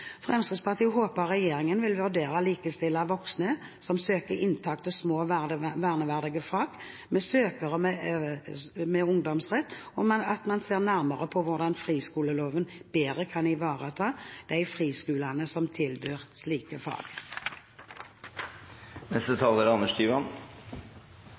Fremskrittspartiet håper regjeringen vil vurdere å likestille voksne som søker inntak til små og verneverdige fag, med søkere med ungdomsrett, og at man ser nærmere på hvordan friskoleloven bedre kan ivareta de friskolene som tilbyr slike fag.